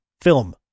film